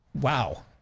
wow